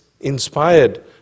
inspired